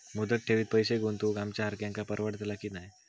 मुदत ठेवीत पैसे गुंतवक आमच्यासारख्यांका परवडतला की नाय?